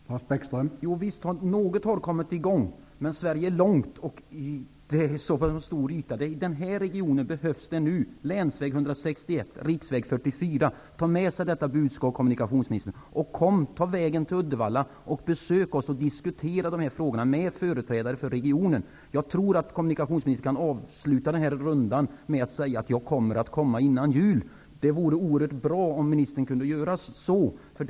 Herr talman! Jo visst har något kommit i gång, men Sverige är långt och har en stor yta. I denna region behövs nu länsväg 161 och riksväg 44. Ta med detta budskap, kommunikationsministern, och kom till Uddevalla för att diskutera dessa frågor med företrädare för regionen. Jag tror att kommunikationsministern kan avsluta denna runda med att säga att han kommer att besöka Uddevalla före jul. Det vore oerhört bra om ministern kunde göra det.